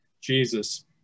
Jesus